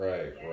Right